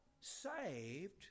saved